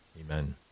amen